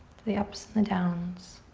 to the ups and the downs.